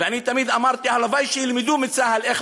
ואני תמיד אמרתי: הלוואי שילמדו מצה"ל איך